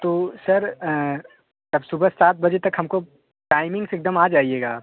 तो सर आप सुबह सात बजे तक हमको टाइमिन्ग से एकदम आ जाइएगा